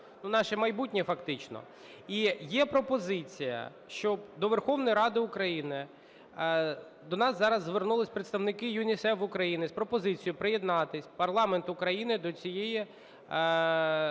наше майбутнє, фактично. І є пропозиція, щоб до Верховної Ради України, до нас зараз звернулись представники ЮНІСЕФ України з пропозицією приєднатись парламенту України до цієї